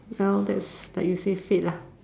ya that's like you say fate lah